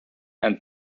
and